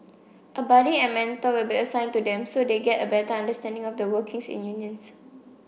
a buddy and mentor will be assigned to them so they get a better understanding of the workings in unions